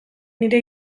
nire